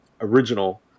original